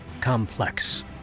complex